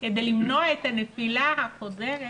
כדי למנוע את הנפילה החוזרת